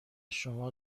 شما